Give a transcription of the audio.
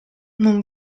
non